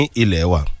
ilewa